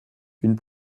une